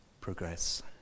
progress